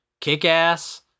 Kick-Ass